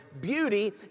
beauty